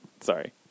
Sorry